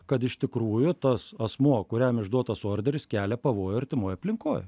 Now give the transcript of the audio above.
kad iš tikrųjų tas asmuo kuriam išduotas orderis kelia pavojų artimoj aplinkoj